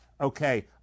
Okay